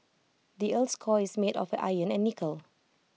the Earth's core is made of iron and nickel